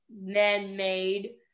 man-made